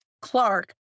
Clark